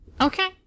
okay